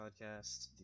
podcast